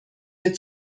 wir